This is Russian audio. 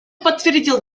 подтвердил